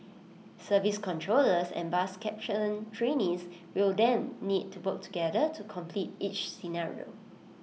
service controllers and bus captain trainees will then need to work together to complete each scenario